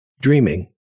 Dreaming